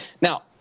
Now